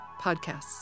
podcasts